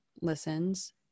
listens